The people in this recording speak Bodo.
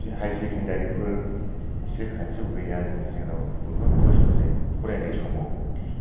हायार सेकेण्डारि फोर बेसोर खाथियाव गैया आरोखि जोंनाव बहुत खस्थ' जायो फरायनाय समावबो